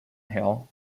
hill